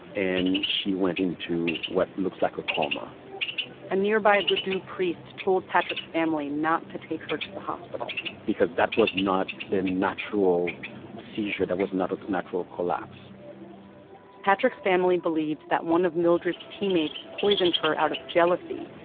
and she went into what looks like a coma a nearby voodoo priest told patrick's family not to take her to the hospital because that was not a natural seizure that was not a natural collapse patrick's family believed that one of mildred's teammates poisoned her out of jealousy,